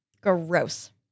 Gross